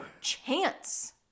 chance